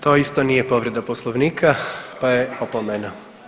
To isto nije povreda poslovnika pa je opomena.